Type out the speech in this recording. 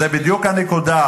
זאת בדיוק הנקודה,